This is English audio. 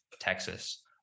Texas